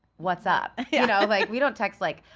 what's up? you know, like we don't text like,